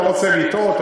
אני לא רוצה לטעות,